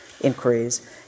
inquiries